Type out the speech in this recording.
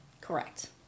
Correct